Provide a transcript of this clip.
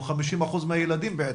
שזה 50% מהילדים בעצם.